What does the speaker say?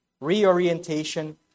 Reorientation